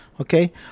Okay